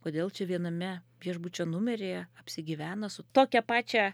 kodėl čia viename viešbučio numeryje apsigyvena su tokią pačią